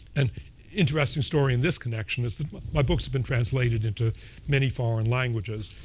an interesting story in this connection is that my books have been translated into many foreign languages.